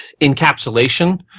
encapsulation